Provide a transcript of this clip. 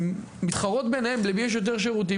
מתחרות ביניהן למי יותר שירותים,